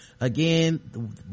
again